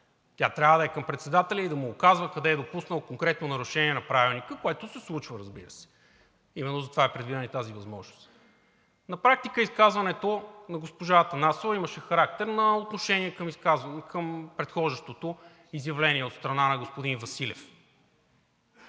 Тя трябва да е към председателя и да му указва къде е допуснал конкретно нарушение на Правилника, което, разбира се, се случва. Именно заради това е предвидена и тази възможност. На практика изказването на госпожа Атанасова имаше характер на отношение към предхождащото изявление от страна на господин Василев.